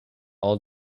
all